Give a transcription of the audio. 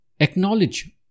acknowledge